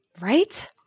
Right